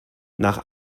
nach